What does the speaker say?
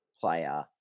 player